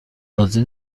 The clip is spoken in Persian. راضی